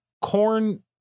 corn